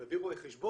מביא רואה חשבון,